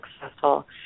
successful